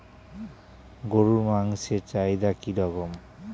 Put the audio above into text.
গরুর মাংসের চাহিদা কি রকম?